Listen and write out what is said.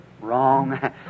wrong